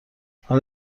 حالا